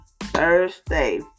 Thursday